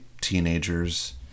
teenagers